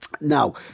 Now